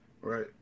right